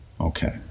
Okay